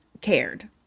cared